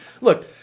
Look